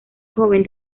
joven